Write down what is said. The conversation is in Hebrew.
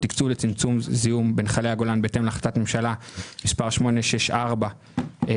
תקצוב לצמצום זיהום בנחלי הגולן בהתאם להחלטת ממשלה מס' 864 שעניינה